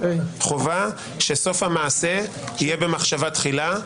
חובה שסוף המעשה יהיה במחשבה תחילה,